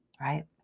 right